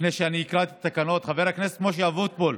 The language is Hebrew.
לפני שאני אקרא את התקנות, חבר הכנסת משה אבוטבול,